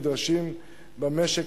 נדרשים במשק,